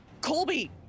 Colby